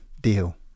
deal